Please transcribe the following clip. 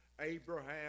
Abraham